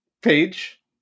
page